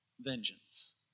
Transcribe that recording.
vengeance